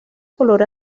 color